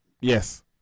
yes